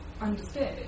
understood